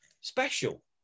special